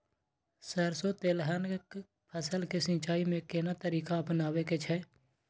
सरसो तेलहनक फसल के सिंचाई में केना तरीका अपनाबे के छै?